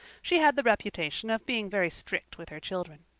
she had the reputation of being very strict with her children.